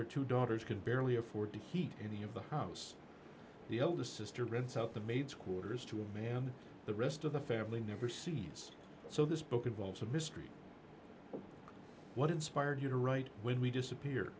her two daughters can barely afford to heat any of the house the eldest sister rents out the maids quarters to a man the rest of the family never sees so this book involves a mystery what inspired you to write when we disappeared